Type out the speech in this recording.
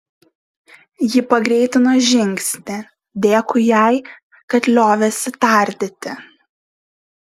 ji pagreitino žingsnį dėkui jai kad liovėsi tardyti